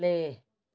play